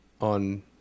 on